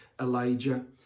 Elijah